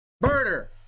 Murder